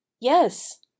Yes